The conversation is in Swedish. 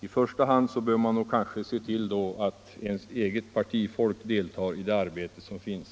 I första hand bör man då kanske se till att det egna partifolket deltar i det arbete som bedrivs.